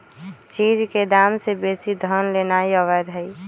चीज के दाम से बेशी धन लेनाइ अवैध हई